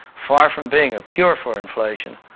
far from being a cure for inflation,